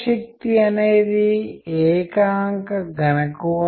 మనకు వెంటనే తట్టె విషయం 'నిద్రపోవడం'